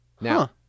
Now